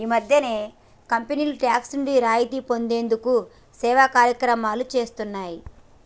ఈ మధ్యనే కంపెనీలు టాక్స్ నుండి రాయితీ పొందేందుకు సేవా కార్యక్రమాలు చేస్తున్నాయి